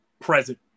present